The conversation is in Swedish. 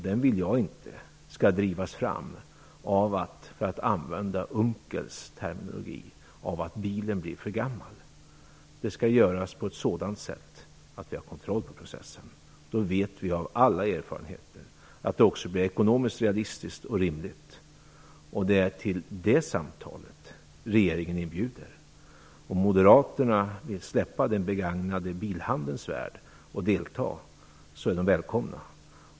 Den vill jag inte skall drivas fram av att bilen blir för gammal, för att använda Per Unckels terminologi. Det skall göras på ett sådant sätt att vi har kontroll på processen. Då vet vi av alla erfarenheter att det också blir ekonomiskt realistiskt och rimligt. Det är till ett sådant samtal regeringen inbjuder. Om moderaterna vill släppa den begagnade bil-handelns värld och delta är de välkomna.